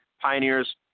pioneers